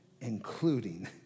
including